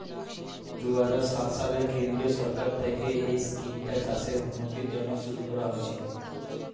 দুহাজার সাত সালে কেন্দ্রীয় সরকার থেকে এই স্কিমটা চাষের উন্নতির জন্য শুরু করা হয়েছিল